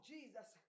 Jesus